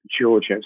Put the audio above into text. Georgia